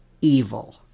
evil